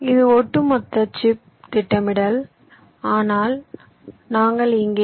இது ஒட்டுமொத்த சிப் திட்டமிடல் ஆனால் நாங்கள் இங்கே வி